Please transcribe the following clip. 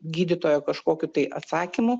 gydytojo kažkokiu tai atsakymu